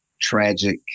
tragic